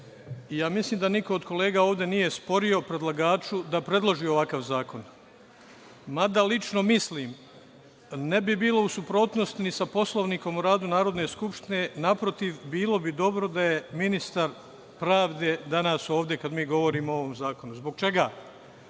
Mislim da niko od kolega ovde nije sporio predlagaču da predloži ovakva zakon. Mada lično mislim ne bi bilo u suprotnosti ni sa Poslovnikom o radu Narodne skupštine, naprotiv bilo bi dobro da je ministar pravde danas ovde kada mi govorimo o ovom zakonu. Zbog čega?